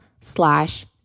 slash